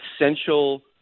essential